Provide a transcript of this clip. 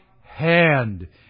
hand